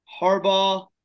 Harbaugh